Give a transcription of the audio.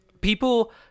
People